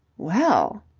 well.